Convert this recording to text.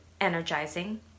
energizing